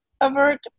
AVERT